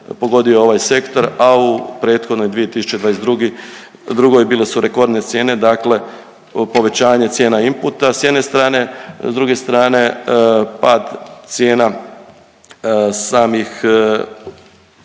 pogodio ovaj sektor, a u prethodnoj 2022. bile su rekordne cijene dakle povećanje cijena inputa s jedna strane, a s druge strane pad cijena samih